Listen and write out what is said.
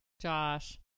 Josh